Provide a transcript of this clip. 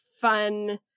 fun